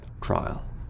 trial